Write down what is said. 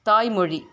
தாய்மொழி